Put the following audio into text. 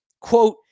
Quote